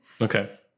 Okay